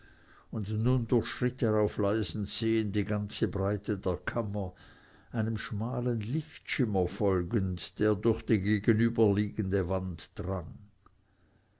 und nun durchschritt er auf leisen zehen die ganze breite der kammer einem schmalen lichtschimmer folgend der durch die gegenüberstehende wand drang